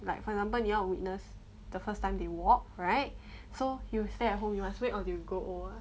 like for example 你要 witness the first time they walk right so you stay at home you must wait until you grow old ah